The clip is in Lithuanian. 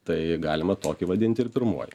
tai galima tokį vadinti ir pirmuoju